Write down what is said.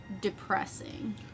depressing